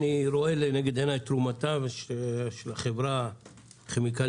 אני רואה לנגד עיניי תרומתה של חברת כימיקלים